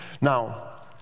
Now